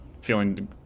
feeling